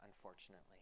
unfortunately